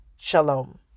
Shalom